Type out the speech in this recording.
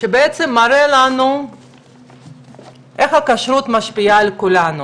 הבא שמראה לנו איך הכשרות משפיעה על כולנו